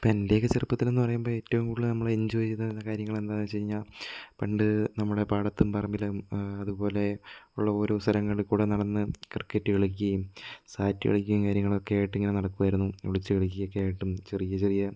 ഇപ്പോൾ എന്റെയൊക്കെ ചെറുപ്പത്തിലെന്ന് പറയുമ്പോൾ ഏറ്റവും കൂടുതൽ നമ്മൾ എൻജോയ് ചെയ്ത കാര്യങ്ങൾ എന്താണെന്നു വെച്ചു കഴിഞ്ഞാൽ പണ്ട് നമ്മുടെ പാടത്തും പറമ്പിലും അതുപോലെ ഉള്ള ഓരോ സ്ഥലങ്ങളിൽ കൂടി നടന്ന് ക്രിക്കറ്റ് കളിക്കുകയും സാറ്റ് കളിക്കുകയും കാര്യങ്ങളൊക്കെ ആയിട്ട് ഇങ്ങനെ നടക്കുകയായിരുന്നു ഒളിച്ചു കളിക്കുകയൊക്കെ ആയിട്ടും ചെറിയ ചെറിയ